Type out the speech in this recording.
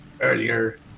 earlier